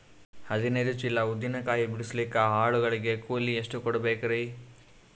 ಹದಿನೈದು ಚೀಲ ಉದ್ದಿನ ಕಾಯಿ ಬಿಡಸಲಿಕ ಆಳು ಗಳಿಗೆ ಕೂಲಿ ಎಷ್ಟು ಕೂಡಬೆಕರೀ?